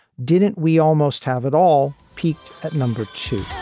didn't we almost have it all peaked at number two?